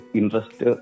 interest